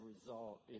result